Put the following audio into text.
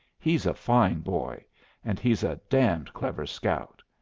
he's a fine boy and he's a damned clever scout.